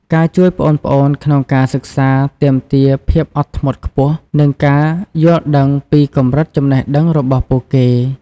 ការជួយប្អូនៗក្នុងការសិក្សាទាមទារភាពអត់ធ្មត់ខ្ពស់ និងការយល់ដឹងពីកម្រិតចំណេះដឹងរបស់ពួកគេ។